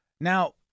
Now